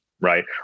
right